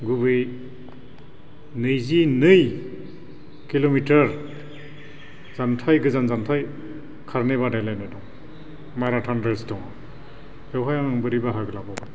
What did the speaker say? गुबैयै नैजिनै किल'मिटार जानथाय गोजान जानथाय खारनाय बादायलायनाय दं माराथन रेस दं बेवहाय आं बोरै बाहागो लाबावगोन